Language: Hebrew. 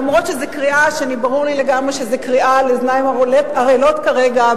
אף שזאת קריאה שברור לי לגמרי שהיא לאוזניים ערלות כרגע,